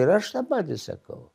ir aš tą patį sakau